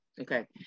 okay